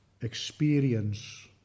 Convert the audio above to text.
experience